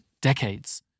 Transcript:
decades